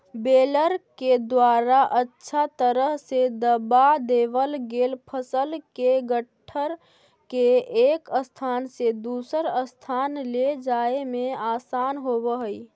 baler के द्वारा अच्छा तरह से दबा देवल गेल फसल के गट्ठर के एक स्थान से दूसर स्थान ले जाए में आसान होवऽ हई